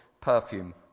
perfume